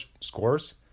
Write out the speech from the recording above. scores